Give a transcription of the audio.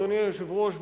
אדוני היושב-ראש,